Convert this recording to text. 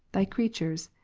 thy creatures.